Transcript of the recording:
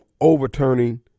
overturning